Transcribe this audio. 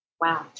Wow